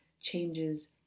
changes